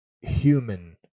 human